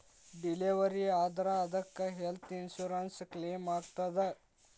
Delivery ಆದ್ರ ಅದಕ್ಕ health insurance ಕ್ಲೇಮಾಗ್ತದ?